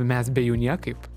mes be jų niekaip